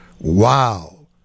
Wow